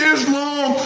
Islam